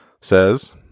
says